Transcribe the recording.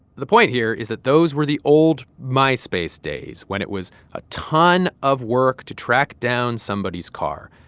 the point here is that those were the old myspace days, when it was a ton of work to track down somebodies car.